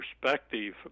perspective